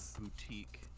boutique